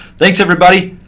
thanks, everybody.